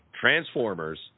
Transformers